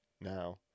Now